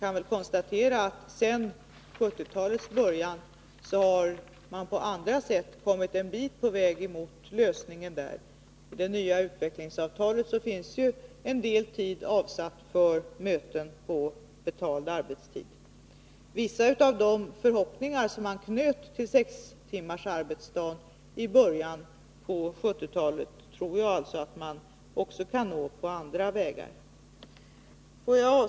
Alltsedan 1970-talets början har man på andra sätt kommit en bit på väg när det gäller en lösning i detta avseende. I det nya utvecklingsavtalet finns ju en del tid avsatt för möten på betald arbetstid. Vissa av de förhoppningar som i början av 1970-talet knöts till sextimmarsarbetsdagen tror jag att man kan infria också på andra vägar.